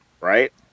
right